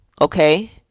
okay